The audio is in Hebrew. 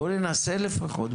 בואו ננסה לפחות,